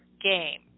game